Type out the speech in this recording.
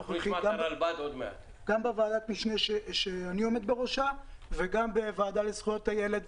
גם בוועדת המשנה שאני עומד בראשה וגם בוועדה לזכויות הילד,